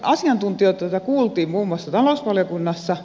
asiantuntijoita kuultiin muun muassa talousvaliokunnassa